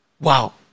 Wow